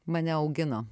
mane augino